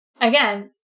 again